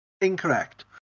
Incorrect